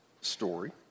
story